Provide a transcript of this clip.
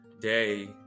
day